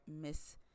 Miss